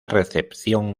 recepción